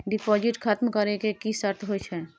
Deposit खतम करे के की सर्त होय छै?